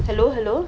hello hello